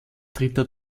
dritter